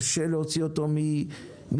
קשה להוציא אותו מהתמכרות,